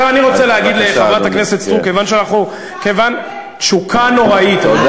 אני לא יכול להבין תשוקה להריסות בארץ-ישראל,